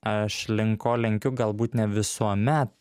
aš link ko lenkiu galbūt ne visuomet